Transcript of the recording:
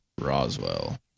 Roswell